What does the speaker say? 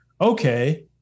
okay